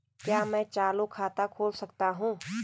क्या मैं चालू खाता खोल सकता हूँ?